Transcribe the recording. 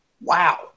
wow